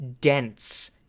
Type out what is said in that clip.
dense